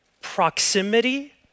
Proximity